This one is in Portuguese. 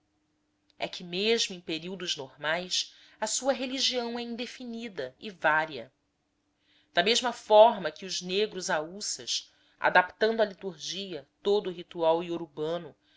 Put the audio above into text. é que mesmo em períodos normais a sua religião é indefinida e vária da mesma forma que os negros hauçás adaptando à liturgia todo o ritual iorubano